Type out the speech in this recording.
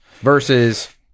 versus